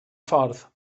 ffordd